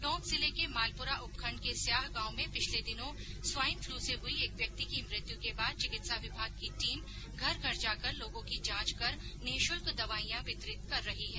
टोंक जिले के मालपुरा उपखण्ड के स्याह गांव में पिछले दिनों स्वाईन फ्लू से हुई एक व्यक्ति की मृत्यु के बाद चिकित्सा विभाग की टीम घर घर जाकर लोगो की जांच कर निःशुल्क दवाईया वितरित कर रही है